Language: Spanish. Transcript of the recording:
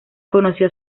conoció